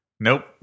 Nope